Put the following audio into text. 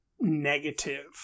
negative